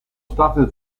state